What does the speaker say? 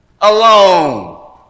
alone